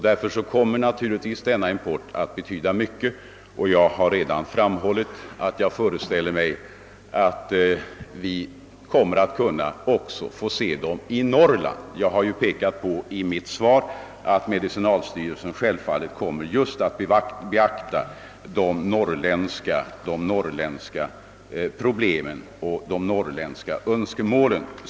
Därför kan denna import komma att betyda mycket, och jag har redan framhållit att jag föreställer mig att vi också kommer att kunna få se en del av dessa läkare i Norrland. Jag har i mitt svar pekat på att medicinalstyrelsen självfallet så långt det går kommer att beakta just de norrländska problemen och de norrländska önskemålen.